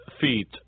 feet